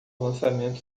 lançamento